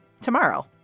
tomorrow